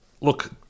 look